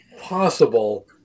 possible